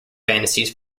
fantasies